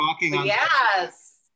yes